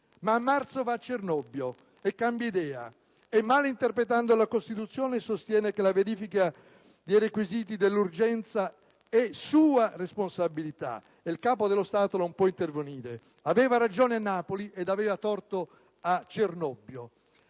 ma a marzo va a Cernobbio e cambia idea e, male interpretando la Costituzione, sostiene che la verifica dei requisiti di urgenza è sua responsabilità e il Capo dello Stato non può intervenire. Aveva ragione a Napoli ed aveva torto a Cernobbio.